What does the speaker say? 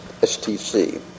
STC